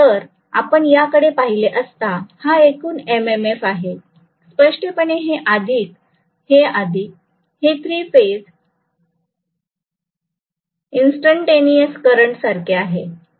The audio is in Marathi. तर आपण याकडे पाहिले असता हा एकूण एम एम एफ आहे स्पष्टपणे हे अधिक हे अधिक हे थ्री फेज इंस्टंटेनियस करंट सारखे आहे